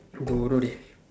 don't know dey